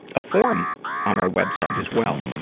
a forum on our web site as well.